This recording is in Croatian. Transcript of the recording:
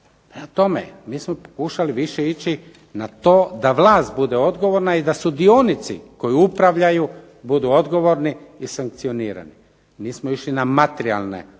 tome, mi smo pokušali više ići na to da vlast bude odgovorna i da sudionici koji upravljaju budu odgovorni i sankcionirani. Mi smo išli na materijalna